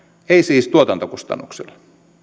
ei siis tuotantokustannuksilla